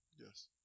Yes